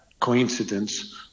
coincidence